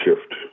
shift